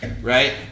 right